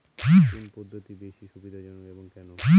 কোন পদ্ধতি বেশি সুবিধাজনক এবং কেন?